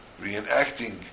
reenacting